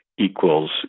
equals